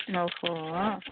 ଓହୋ